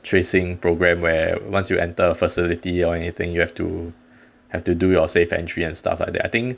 tracing programme where once you enter a facility or anything you have to have to do your safe entry and stuff like that I think